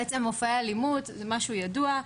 בעצם מופעי אלימות, משהו ידוע,